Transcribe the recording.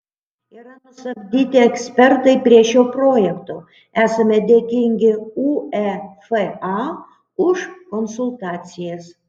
yra nusamdyti ekspertai prie šio projekto esame dėkingi uefa už konsultacijas